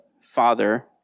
father